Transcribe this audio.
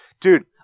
Dude